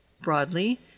broadly